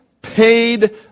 paid